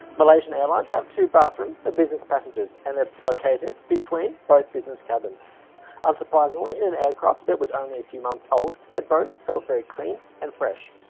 malaysian airlines have two bathrooms for but business passengers and they are located between both business cabins unsurprisingly in an aircraft that was only a few months old, they both felt very clean and fresh